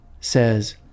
says